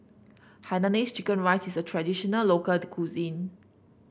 Hainanese Chicken Rice is a traditional local cuisine